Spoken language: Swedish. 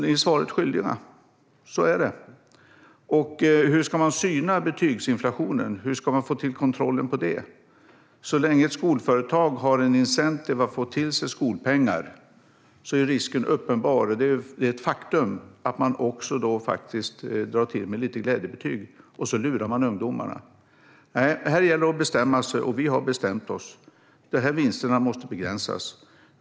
Ni är svaret skyldiga. Så är det. Hur ska man få till kontrollen över betygsinflationen? Så länge ett skolföretag har incentive att få till sig skolpengar är risken uppenbar - och det är ett faktum - att man också drar till med glädjebetyg. Då lurar man ungdomarna. Nej, här gäller det att bestämma sig, och vi har bestämt oss. Vinsterna måste begränsas.